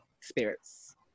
spirits